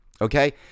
Okay